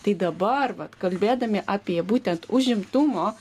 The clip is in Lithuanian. tai dabar vat kalbėdami apie būtent užimtumo